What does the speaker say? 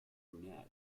brunette